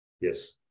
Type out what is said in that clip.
Yes